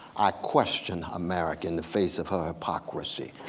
i question america in the face of her hypocrisy.